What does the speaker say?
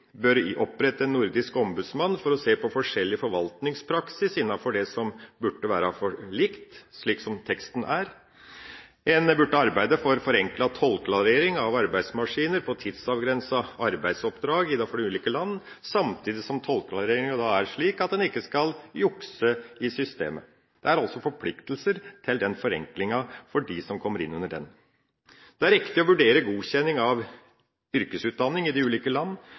bør opprette en nordisk ombudsmann for å se på forskjellig forvaltningspraksis innenfor det som burde være likt, slik som teksten er. En burde arbeide for forenklet tollklarering av arbeidsmaskiner på tidsavgrenset arbeidsoppdrag innenfor de ulike land, samtidig som tollklareringa er slik at en ikke skal jukse i systemet. Det er også forpliktelser knyttet til den forenklinga for dem som kommer innunder den. Det er viktig å vurdere godkjenning av yrkesutdanning i de enkelte land.